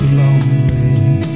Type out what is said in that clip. lonely